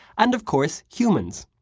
and, of course, humans.